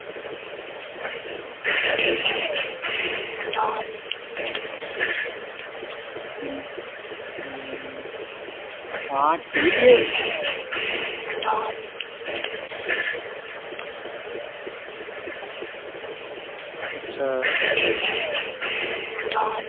आं ठीक ऐ अच्छा